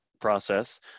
process